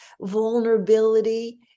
vulnerability